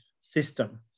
system